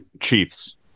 Chiefs